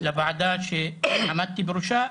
לוועדה שעמדתי בראשה.